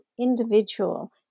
individual